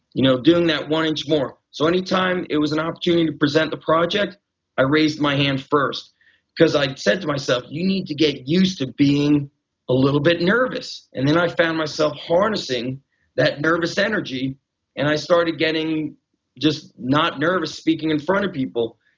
you know doing that one inch more. so any time it was an opportunity to present the project i raised my hand first because i said to myself, you need to get used to being a little bit nervous. and then i found myself harnessing that nervous energy and i started getting just not nervous speaking in front of people.